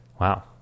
wow